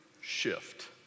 shift